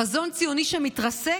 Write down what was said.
חזון ציוני שמתרסק.